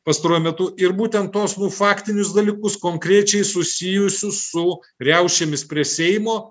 pastaruoju metu ir tuos nu faktinius dalykus konkrečiai susijusių su riaušėmis prie seimo